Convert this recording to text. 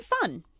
fun